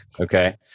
okay